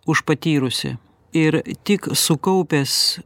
už patyrusį ir tik sukaupęs